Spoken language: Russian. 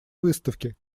выставки